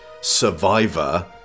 survivor